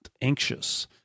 anxious